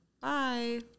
bye